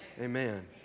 Amen